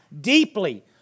deeply